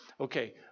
Okay